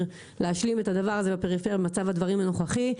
להשלים את הפריסה בפריפריה במצב הדברים הנוכחי.